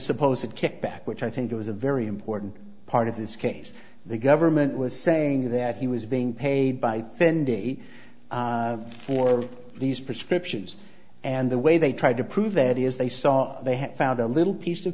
supposed kickback which i think it was a very important part of this case the government was saying that he was being paid by fendi for these prescriptions and the way they tried to prove that is they saw they had found a little piece of